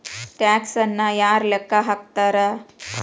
ಟ್ಯಾಕ್ಸನ್ನ ಯಾರ್ ಲೆಕ್ಕಾ ಹಾಕ್ತಾರ?